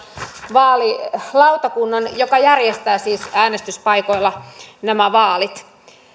vaalilautakunnan joka järjestää siis äänestyspaikoilla nämä vaalit